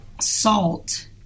salt